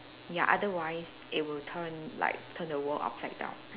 ya otherwise it will turn like turn the world upside down